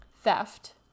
theft